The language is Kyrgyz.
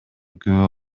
күбө